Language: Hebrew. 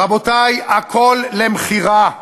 רבותי, הכול למכירה.